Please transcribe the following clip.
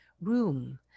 room